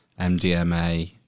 mdma